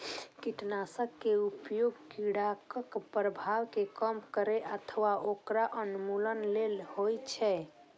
कीटनाशक के उपयोग कीड़ाक प्रभाव कें कम करै अथवा ओकर उन्मूलन लेल होइ छै